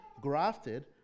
grafted